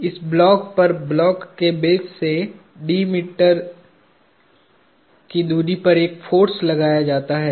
इस ब्लॉक पर ब्लॉक के बेस से d की दूरी पर एक फोर्स लगाया जाता है